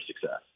success